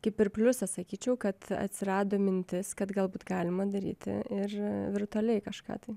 kaip ir pliusą sakyčiau kad atsirado mintis kad galbūt galima daryti ir virtualiai kažką tai